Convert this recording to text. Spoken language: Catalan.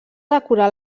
decorar